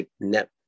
Net